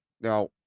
Now